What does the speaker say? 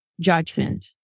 judgment